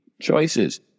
choices